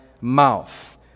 mouth